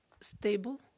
stable